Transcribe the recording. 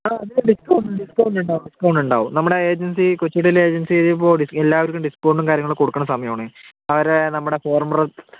ആ അതിന് discount discount ഉണ്ടാവും ഡിസ്കൗണ്ട് ഉണ്ടാവും നമ്മുടെ ഏജൻസി കൊച്ചുകുടിയിൽ ഏജൻസി ഇപ്പോൾ എല്ലാവർക്കും ഡിസ്കൗണ്ടും കാര്യങ്ങളും കൊടുക്കണ സമയമാണ് അവരെ നമ്മുടെ